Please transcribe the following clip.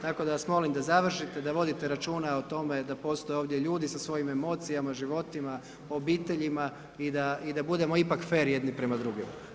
Tako da vas molim da završite da vodite računa o tome da postoje ovdje ljudi sa svojim emocijama, životima, obiteljima i da budemo ipak fer jedni prema drugima.